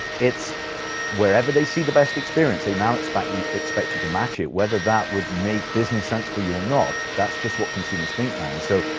it's wherever they see the best experience, they now expect you expect you to match it. whether that would make business sense for you or not, that's just what consumers think now. and so,